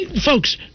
folks